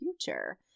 future